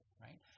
right